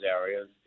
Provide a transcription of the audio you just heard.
areas